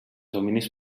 dominis